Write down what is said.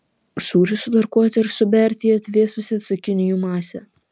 sūrį sutarkuoti ir suberti į atvėsusią cukinijų masę